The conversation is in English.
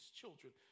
children